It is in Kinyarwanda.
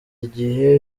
igihe